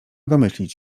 domyślić